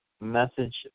message